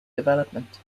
development